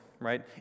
right